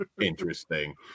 interesting